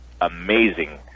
amazing